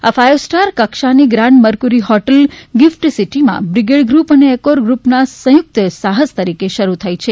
આ ફાઇવસ્ટાર કક્ષાની grand mercury hotel GIFT સિટીમાં બ્રિગેડ ગૃપ અને એકોર ગૃપના સંયુકત સાહસ તરીકે શરૂ થઇ છે